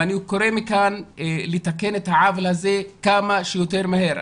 ואני קורא מכאן לתקן את העוול הזה כמה שיותר מהר.